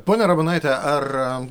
ponia ramonaite ar